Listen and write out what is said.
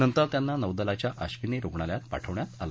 नंतर त्यांना नौदलाच्या अक्षिनी रुग्णालयात पाठवण्यात आलं